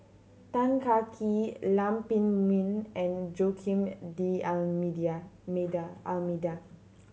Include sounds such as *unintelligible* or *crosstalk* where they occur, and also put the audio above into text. Tan Kah Kee Lam Pin Min and Joaquim D *unintelligible* Almeida